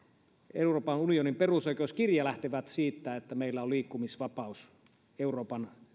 euroopan unionin perusoikeuskirja lähtevät siitä että meillä on liikkumisvapaus myös euroopan